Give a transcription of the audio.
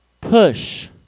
push